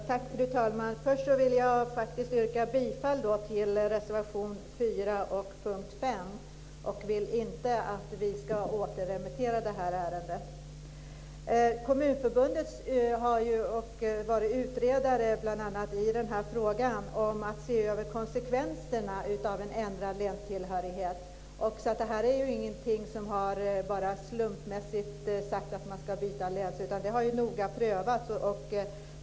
Fru talman! Jag yrkar först bifall till reservation 4 under punkt 5. Jag vill inte att det här ärendet ska återremitteras. Kommunförbundet har varit utredare bl.a. när det gällt att se över konsekvenserna av en ändrad länstillhörighet. Det har inte bara slumpmässigt sagts att man ska byta län, utan detta har prövats noga.